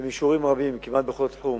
במישורים רבים, כמעט בכל תחום,